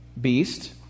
beast